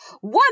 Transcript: One